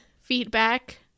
feedback